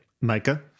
Micah